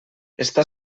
està